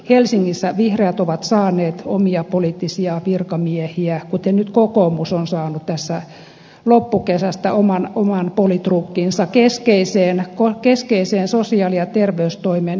helsingissä vihreät ovat saaneet omia poliittisia virkamiehiä kuten nyt kokoomus on saanut tässä loppukesästä oman politrukkinsa keskeiseen sosiaali ja terveystoimen johtotehtävään